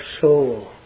soul